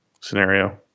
scenario